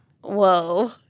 Whoa